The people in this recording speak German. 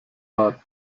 war